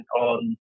on